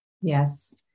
Yes